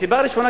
הסיבה הראשונה,